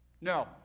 No